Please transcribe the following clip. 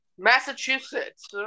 Massachusetts